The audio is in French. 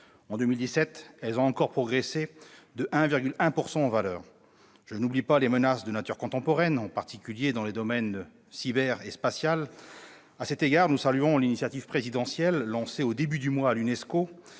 En 2017, elles ont encore progressé de 1,1 % en valeur. Et je n'oublie pas les menaces de nature contemporaine, en particulier dans les domaines cyber et spatial. À cet égard, nous saluons l'initiative présidentielle lancée au début du mois à l'UNESCO,